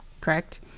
correct